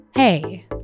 Hey